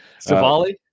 Savali